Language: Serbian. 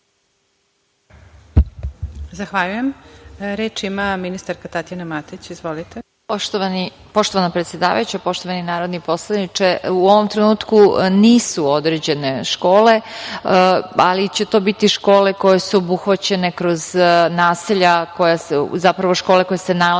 Zahvaljujem. Reč ima ministarka Tatjana Matić. **Tatjana Matić** Poštovana predsedavajuća, poštovani narodni poslaniče, u ovom trenutku nisu određene škole, ali će to biti škole koje su obuhvaćene kroz naselja, zapravo škole koje se nalaze u